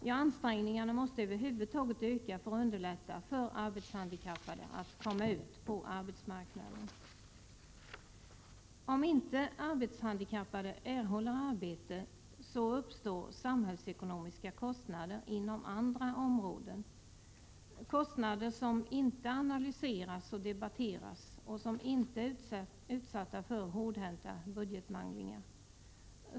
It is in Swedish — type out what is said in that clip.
Ja, över huvud taget måste ansträngningarna öka för att underlätta för arbetshandikappade att komma ut på arbetsmarknaden. Om inte arbetshandikappade erhåller arbete uppstår samhällsekonomiska kostnader inom andra områden, kostnader som inte analyseras och debatteras och som inte är utsatta för hårdhänta budgetmanglingar.